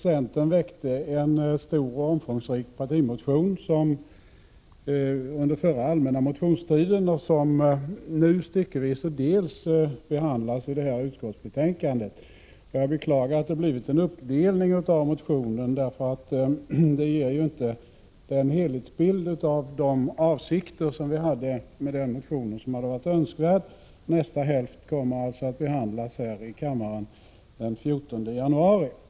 Centern väckte en stor och omfångsrik partimotion under den förra allmänna motionstiden. Den behandlas delvis i detta betänkande. Jag beklagar att det blivit en uppdelning av motionen, eftersom man härigenom inte kan ge den helhetsbild av avsikterna med motionen som hade varit önskvärd. Nästa hälft av motionen kommer att behandlas här i riksdagen den 14 januari nästa år.